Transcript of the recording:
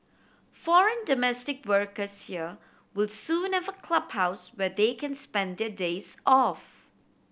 foreign domestic workers here will soon have a clubhouse where they can spend their days off